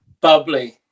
bubbly